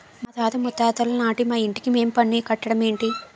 మాతాత ముత్తాతలనాటి మా ఇంటికి మేం పన్ను కట్టడ మేటి